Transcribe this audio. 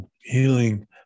healing